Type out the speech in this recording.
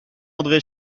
andré